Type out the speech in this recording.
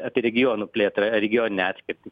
apie regionų plėtrą regioninę atskirtį